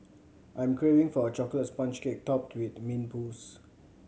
I'm craving for a chocolate sponge cake topped with mint mousse